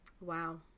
Wow